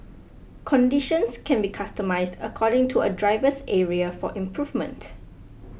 conditions can be customized according to a driver's area for improvement